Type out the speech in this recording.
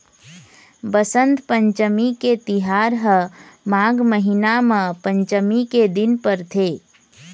बसंत पंचमी के तिहार ह माघ महिना म पंचमी के दिन परथे